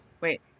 Wait